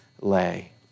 lay